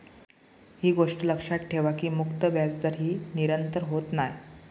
ही गोष्ट लक्षात ठेवा की मुक्त व्याजदर ही निरंतर होत नाय